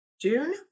June